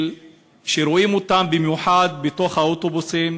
ורואים אותם במיוחד בתוך האוטובוסים,